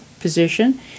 position